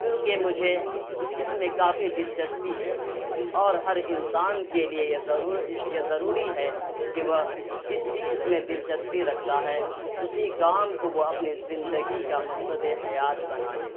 کیونکہ مجھے اس میں کافی دلچسپی ہے اور ہر انسان کے لیے یہ ضرور یہ ضروری ہے کہ وہ جس چیز میں دلچسپی رکھتا ہے اسی کام کو وہ اپنی زندگی کا مقصد حیات بنالے